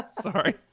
Sorry